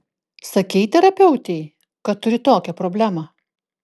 sakei terapeutei kad turi tokią problemą